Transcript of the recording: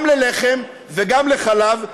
גם ללחם וגם לחלב,